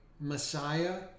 Messiah